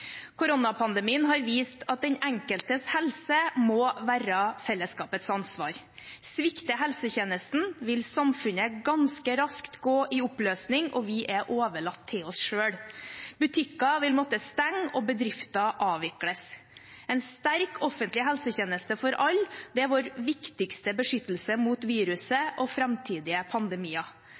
Koronapandemien har vist at den enkeltes helse må være fellesskapets ansvar. Svikter helsetjenesten, vil samfunnet ganske raskt gå i oppløsning, og vi er overlatt til oss selv. Butikker vil måtte stenge og bedrifter avvikles. En sterk offentlig helsetjeneste for alle er vår viktigste beskyttelse mot viruset og framtidige pandemier.